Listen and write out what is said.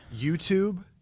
YouTube